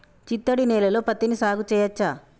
చిత్తడి నేలలో పత్తిని సాగు చేయచ్చా?